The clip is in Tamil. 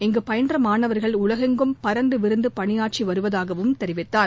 இங்கு பயின்ற மாணவர்கள் லகெங்கும் பறந்து விரிந்து பனியாற்றி வருவதாகவும் தெரிவித்தார்